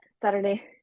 saturday